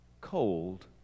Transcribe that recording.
cold